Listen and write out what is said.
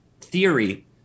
theory